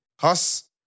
Huss